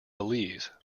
belize